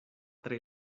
tre